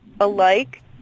alike